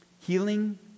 Healing